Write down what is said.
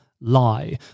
lie